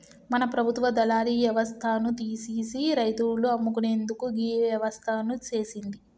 మన ప్రభుత్వ దళారి యవస్థను తీసిసి రైతులు అమ్ముకునేందుకు గీ వ్యవస్థను సేసింది